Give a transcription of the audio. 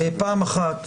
פעם אחת